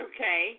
Okay